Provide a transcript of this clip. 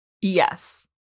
Yes